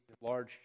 large